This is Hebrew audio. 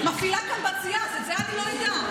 מפעילה קמב"צייה, אז את זה אני לא אדע?